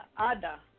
Ada